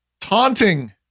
taunting